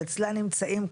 שאצלה נמצאים,